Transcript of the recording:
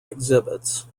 exhibits